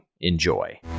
Enjoy